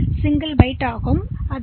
எனவே நீங்கள் ஒப்கோட் பெறும்போது